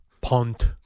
Punt